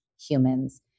humans